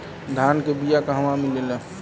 धान के बिया कहवा मिलेला?